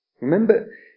Remember